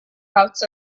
routes